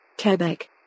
Quebec